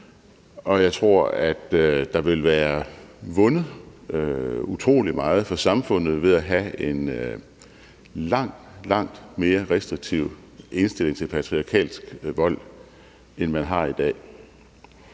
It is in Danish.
og jeg tror, at der vil være vundet utrolig meget for samfundet ved at have en langt, langt mere restriktiv indstilling til patriarkalsk vold, end man har i dag.